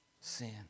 sin